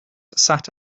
sat